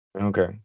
Okay